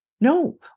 No